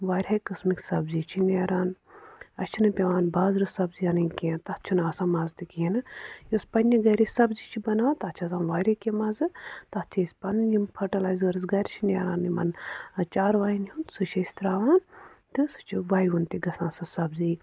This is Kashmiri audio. وارِہے قٕسمٕکۍ سبزی چھِ نیران اَسہِ چھِنہٕ پٮ۪وان بازرٕ سبزی اَنٕنۍ کینٛہہ تَتھ چھُنہٕ آسان مَزٕ تہِ کِہیٖنۍ نہٕ یُس پنٛنہِ گَرِچ سبزی چھِ بَناوان تَتھ چھِ آسان واریاہ کینٛہہ مَزٕ تَتھ چھِ أسۍ پَنٕنۍ یِم پھٔٹٕلایزٲرٕز گَرِ چھِ نیران یِمَن چاروایَن ہُنٛد سُہ چھِ أسۍ ترٛاوان تہٕ سُہ چھِ وَیوُن تہِ گژھان سۄ سبزی